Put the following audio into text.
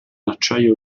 acciaio